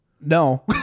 No